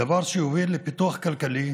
דבר שיוביל לפיתוח כלכלי,